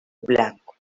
blanco